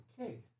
Okay